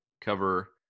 cover